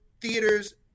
theaters